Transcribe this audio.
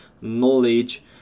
knowledge